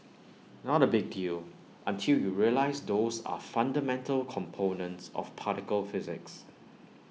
not A big deal until you realise those are fundamental components of particle physics